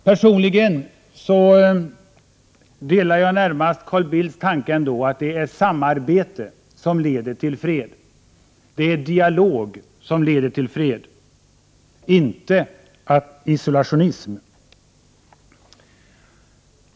Personligen delar jag ändå närmast Carl Bildts tanke, att det är samarbete och dialog som leder till fred, inte isolationalism.